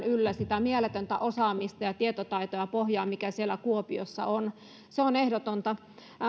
yllä sitä mieletöntä osaamista ja tietotaitoa ja pohjaa mikä siellä kuopiossa on se on ehdotonta